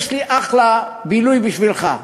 יש לי אחלה בילוי בשבילך.